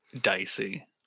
dicey